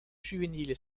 juvénile